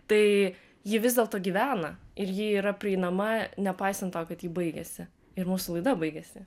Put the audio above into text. tai ji vis dėlto gyvena ir ji yra prieinama nepaisant to kad ji baigėsi ir mūsų laida baigėsi